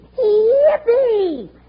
Yippee